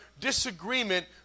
disagreement